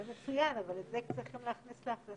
זה מצוין, אבל את זה צריך גם להכניס להחלטה.